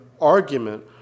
argument